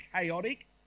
chaotic